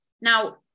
Now